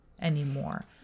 anymore